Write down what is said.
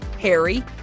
Harry